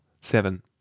seven